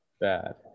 bad